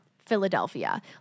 Philadelphia